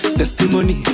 testimony